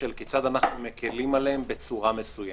"כיצד אנחנו מקלים עליהם בצורה מסוימת?".